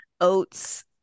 oats